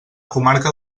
comarca